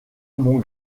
mon